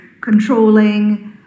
controlling